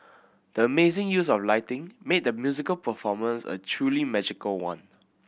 the amazing use of lighting made the musical performance a truly magical one